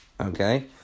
okay